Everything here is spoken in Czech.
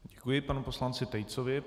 Děkuji panu poslanci Tejcovi.